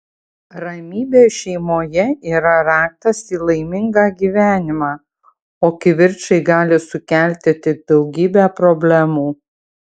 ramybė šeimoje yra raktas į laimingą gyvenimą o kivirčai gali sukelti tik daugybę problemų